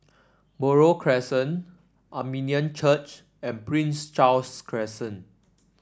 Buroh Crescent Armenian Church and Prince Charles Crescent